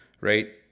right